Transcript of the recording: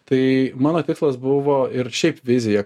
tai mano tikslas buvo ir šiaip vizija